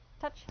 Touch